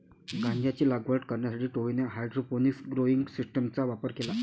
गांजाची लागवड करण्यासाठी टोळीने हायड्रोपोनिक्स ग्रोइंग सिस्टीमचा वापर केला